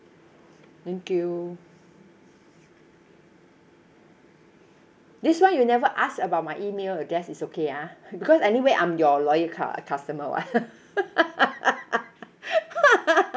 thank you this [one] you never ask about my email address is okay ah because anyway I'm your loyal cu~ customer [what]